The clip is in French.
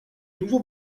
nouveau